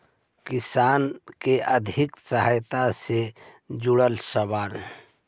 किसान के आर्थिक सहायता से जुड़ल सवाल?